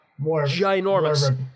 ginormous